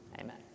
amen